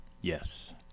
Yes